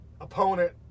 opponent